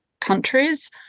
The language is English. countries